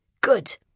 Good